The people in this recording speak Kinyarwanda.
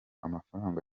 amafaranga